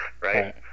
right